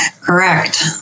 Correct